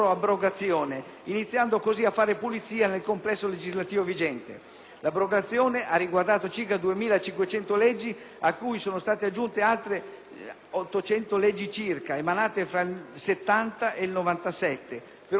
L'abrogazione ha riguardato circa 2.500 leggi, a cui sono state aggiunte altre 800 leggi circa emanate fra il 1970 e il 1997, per un totale di circa 3.300 leggi, analiticamente indicate.